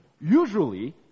Usually